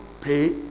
pay